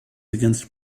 against